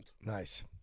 Nice